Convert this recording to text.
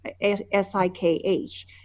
S-I-K-H